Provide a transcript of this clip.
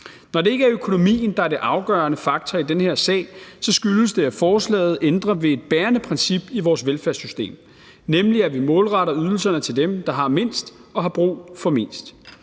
Når det ikke er økonomien, der er den afgørende faktor i den her sag, så skyldes det, at forslaget ændrer ved et bærende princip i vores velfærdssystem, nemlig at vi målretter ydelserne til dem, der har mindst og har brug for mest.